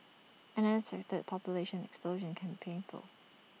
an unexpected population explosion can painful